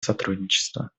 сотрудничества